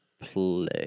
Play